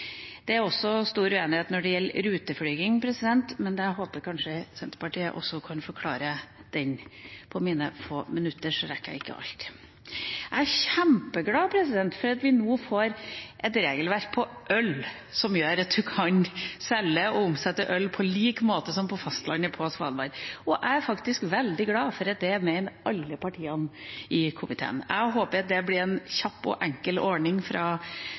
Det er også stor uenighet når det gjelder ruteflyging, men jeg håper kanskje Senterpartiet kan forklare det – på mine få minutter rekker jeg ikke alt. Jeg er kjempeglad for at vi nå får et regelverk for øl som gjør at man kan selge og omsette øl på Svalbard på lik linje som på fastlandet. Jeg er faktisk veldig glad for at alle partier i komiteen mener det. Jeg håper det blir en kjapp og enkel ordning som man fra